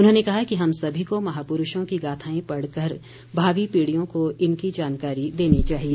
उन्होंने कहा कि हम सभी को महापुरूषों की गाथाएं पढ़कर भावी पीढ़ियों को इनकी जानकारी देनी चाहिए